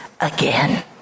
again